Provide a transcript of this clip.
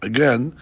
Again